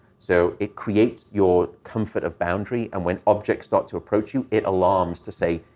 so it creates your comfort of boundary. and when objects start to approach you, it alarms to say,